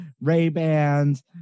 Ray-Bans